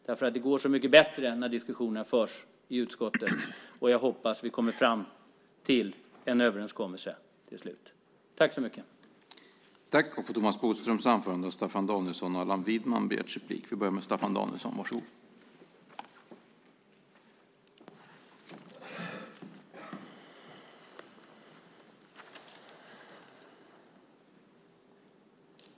Det går så mycket bättre när diskussionerna förs i utskottet. Jag hoppas att vi kommer fram till en överenskommelse till slut.